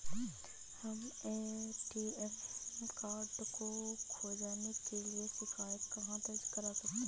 हम ATM card खो जाने की शिकायत कहाँ दर्ज कर सकते हैं?